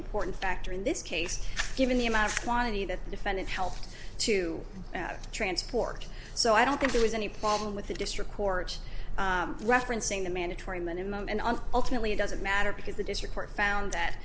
important factor in this case given the amount of quantity that the defendant helped to transport so i don't think there was any problem with the district court referencing the mandatory minimum and ultimately it doesn't matter because the district court found that